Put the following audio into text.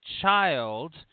child